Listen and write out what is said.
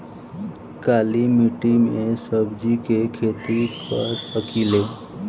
काली मिट्टी में सब्जी के खेती कर सकिले?